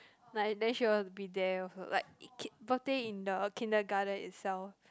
like then she will be there also like birthday in the kindergarten itself